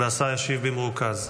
השר ישיב במרוכז.